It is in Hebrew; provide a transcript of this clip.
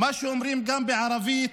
מה שאומרים גם בערבית,